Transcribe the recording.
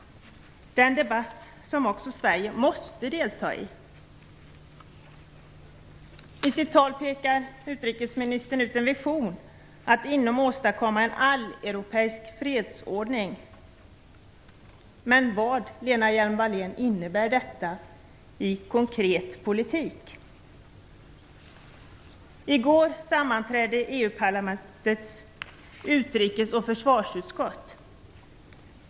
Den debatten måste också Sverige delta i. I sitt tal pekar utrikesministern ut en vision - att inom EU åstadkomma en "alleuropeisk fredsordning". Men vad, Lena Hjelm-Wallén, innebär detta i konkret politik? I går sammanträdde EU-parlamentets utrikes och försvarsutskott.